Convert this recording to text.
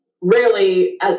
rarely